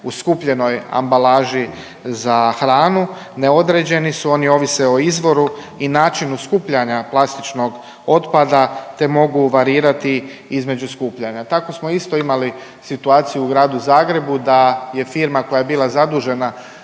u skupljenoj ambalaži za hranu neodređeni su, oni ovise o izvoru i načinu skupljanja plastičnog otpada te mogu varirati između skupljanja. Tako smo isto imali situaciju u Gradu Zagrebu da je firma koja je bila zadužena